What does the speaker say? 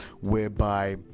whereby